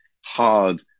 hard